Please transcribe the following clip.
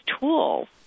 tools